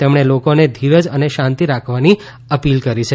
તેમણે લોકેને ધીરજ અને શાંતિ રાખવાની અપીલ કરી છે